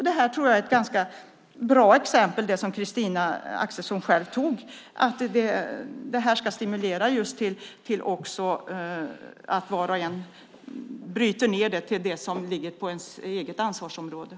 Det var ett bra exempel som Christina Axelsson tog upp. Detta ska just stimulera till att var och en bryter ned det till det som ligger inom det egna ansvarsområdet.